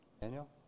Daniel